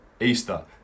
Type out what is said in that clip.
Easter